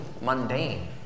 mundane